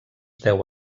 deu